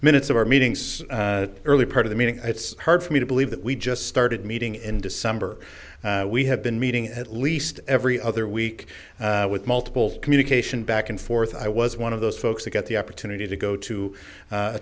minutes of our meetings early part of the meeting it's hard for me to believe that we just started meeting in december we have been meeting at least every other week with multiple communication back and forth i was one of those folks that got the opportunity to go to